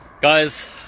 guys